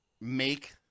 make